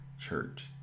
Church